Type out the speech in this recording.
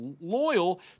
loyal